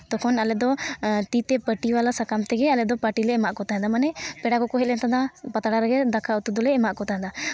ᱛᱚᱠᱷᱚᱱ ᱟᱞᱮ ᱫᱚ ᱛᱤᱛᱮ ᱯᱟᱹᱴᱤ ᱵᱟᱞᱟ ᱥᱟᱠᱟᱢ ᱛᱮᱜᱮ ᱟᱞᱮ ᱫᱚ ᱯᱟᱨᱴᱤ ᱞᱮ ᱮᱢᱟᱜ ᱠᱚ ᱛᱟᱦᱮᱫ ᱢᱟᱱᱮ ᱯᱮᱲᱟ ᱠᱚᱠᱚ ᱦᱮᱡ ᱠᱟᱱᱟ ᱯᱟᱛᱲᱟ ᱨᱮᱜᱮ ᱫᱟᱠᱟ ᱩᱛᱩ ᱫᱚᱞᱮ ᱮᱢᱟᱜ ᱠᱚ ᱛᱟᱦᱮᱫᱼᱟ